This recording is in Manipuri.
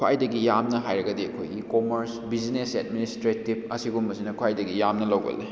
ꯈ꯭ꯋꯥꯏꯗꯒꯤ ꯌꯥꯝꯅ ꯍꯥꯏꯔꯒꯗꯤ ꯑꯩꯈꯣꯏꯒꯤ ꯀꯣꯃꯔꯁ ꯕꯤꯖꯤꯅꯦꯁ ꯑꯦꯗꯃꯤꯅꯤꯁꯇ꯭ꯔꯦꯇꯤꯕ ꯑꯁꯤꯒꯨꯝꯕꯁꯤꯅ ꯈ꯭ꯋꯥꯏꯗꯒꯤ ꯌꯥꯝꯅ ꯂꯧꯒꯜꯂꯤ